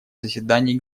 заседании